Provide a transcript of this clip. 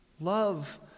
Love